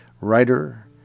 writer